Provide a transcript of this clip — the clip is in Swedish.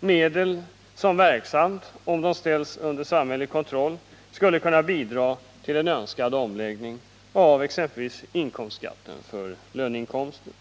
medel som verksamt — om de ställdes under samhällelig kontroll — skulle kunna bidra till en önskad omläggning av exempelvis inkomstskatten för löneinkomster.